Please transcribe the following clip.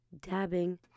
dabbing